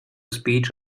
speech